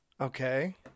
okay